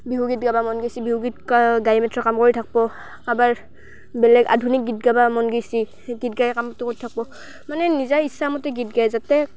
বিহুগীত গাব মন গৈছে বিহুগীত গাই গাই মাত্ৰ কাম কৰি থাকিব কাৰোবাৰ বেলেগ আধুনিক গীত গাব মন গৈছে সেই গীত গায় কামটো কৰি থাকিব মানে নিজা ইচ্ছামতে গীত গায় যাতে